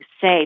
say